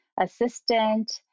assistant